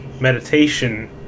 meditation